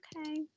Okay